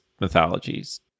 mythologies